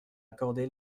accordé